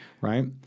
Right